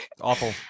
awful